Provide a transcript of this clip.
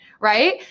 right